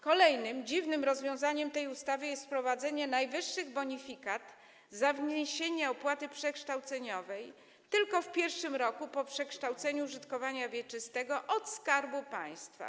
Kolejnym dziwnym rozwiązaniem tej ustawy jest wprowadzenie najwyższych bonifikat za wniesienie opłaty przekształceniowej tylko w pierwszym roku po przekształceniu użytkowania wieczystego od Skarbu Państwa.